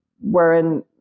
wherein